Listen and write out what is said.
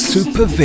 Super